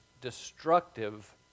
destructive